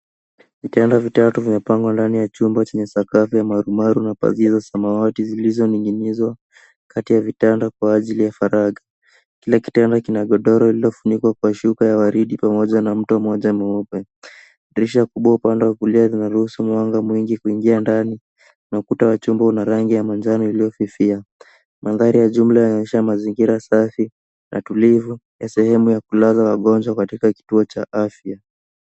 Vitanda vitatu vimepangwa ndani ya chumba chenye sakafu ya marumaru na pazia ya samawati zilizoning'inizwa kati ya vitanda kwa ajili ya faragha. Kila kitanda kina shuka ya waridi pamoja na mto mmoja wa mweupe. Dirisha kubwa upande wa kulia zinaruhusu mwanga mwingi kuingia ndani na ukuta wa chumba una rangi ya manjano iliyofifia. Mandhari ya jumla inaonyesha mazingira safi na tulivu na sehemu ya kulala ya wagonjwa kulala katika kituo cha afya.